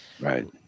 Right